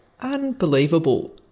Unbelievable